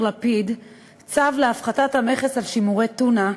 לפיד צו להפחתת המכס על שימורי טונה,